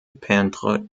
peintre